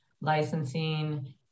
licensing